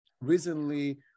recently